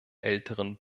älteren